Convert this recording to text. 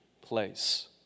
place